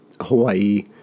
Hawaii